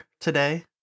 today